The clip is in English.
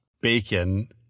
Bacon